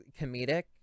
comedic